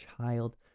child